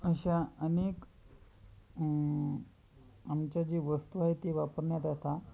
अशा अनेक आमच्या जी वस्तू आहे ती वापरण्यात आता